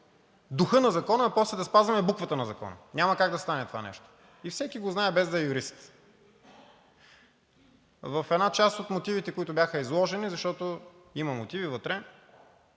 духа на закона, а после да спазваме буквата на закона – няма как да стане това нещо, и всеки го знае, без да е юрист. В една част от мотивите, които бяха изложени, защото има мотиви вътре,